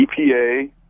EPA